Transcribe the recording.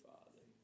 Father